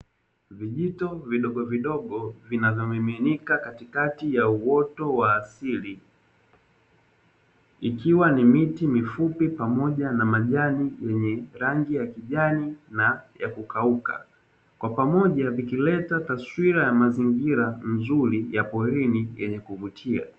Vijito vidogo vidogo vinavyomiminika katikati ya uoto wa asili. Ikiwa ni miti mifupi pamoja na majani yenye rangi ya kijani na ya kukauka. Kwa pamoja vikileta taswira ya mazingira mazuri ya porini yenye kuvutia.